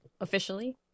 officially